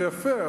זה יפה.